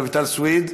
רויטל סויד,